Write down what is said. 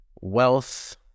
Wealth